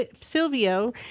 Silvio